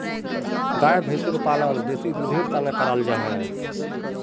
गाय भैंस पालन बेसी दुधेर तंर कराल जाहा